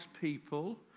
people